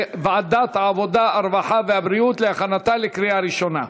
העבודה, הרווחה והבריאות להכנתה לקריאה ראשונה.